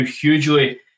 hugely